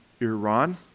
Iran